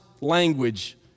language